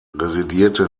residierte